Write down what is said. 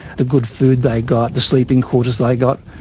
the good food they got, the sleeping quarters they got.